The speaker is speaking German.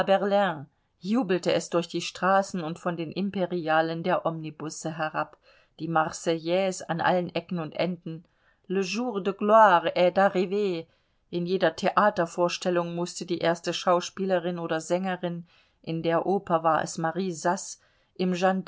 jubelte es durch die straßen und von den imperialen der omnibusse herab die marseillaise an allen ecken und enden le jour de gloire est arriv in jeder theatervorstellung mußte die erste schauspielerin oder sängerin in der oper war es marie saß im